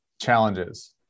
challenges